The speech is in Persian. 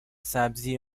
سبزی